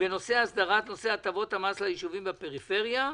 בנושא "הסדרת נושא הטבות המס ליישובים בפריפריה".